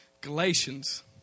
Galatians